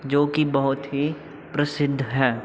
ਜੋ ਕਿ ਬਹੁਤ ਹੀ ਪ੍ਰਸਿੱਧ ਹੈ